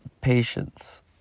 patience